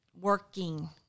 working